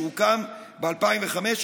שהוקם ב-2005,